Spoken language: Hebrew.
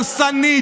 הרסנית,